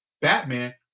Batman